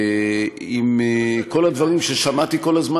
עם כל הדברים ששמעתי כל הזמן,